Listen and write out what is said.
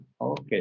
Okay